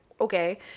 okay